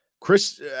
Chris